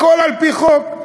הכול על-פי חוק,